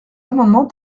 amendements